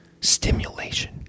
stimulation